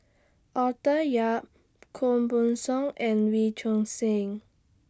Arthur Yap Koh Buck Song and Wee Choon Seng